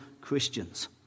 Christians